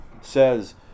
says